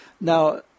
Now